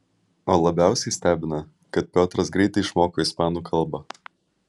o labiausiai stebėtina kad piotras greitai išmoko ispanų kalbą